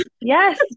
Yes